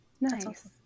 Nice